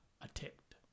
attacked